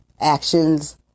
actions